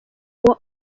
uwo